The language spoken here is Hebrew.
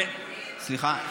סליחה?